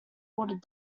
water